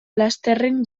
lasterren